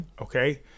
Okay